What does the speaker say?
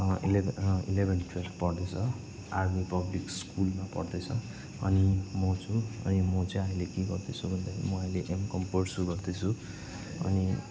इलेभे eleven twelve पढ्दैछ army public स्कुलमा पढ्दैछ अनि म छु अनि म चाहिँ अहिले के गर्दैछु भन्दा म अहिले एमकम पर्सू गर्दैछु अनि